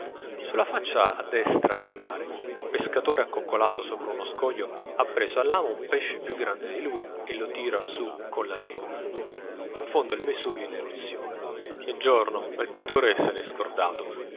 sulla faccia a destra il mare un pescatore accoccolato sopra uno scoglio ha preso all'amo un pesce più grande di lui e lo tira su con la lenza in fondo il vesuvio in eruzione è giorno ma il pittore se n'è scordato